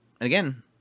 again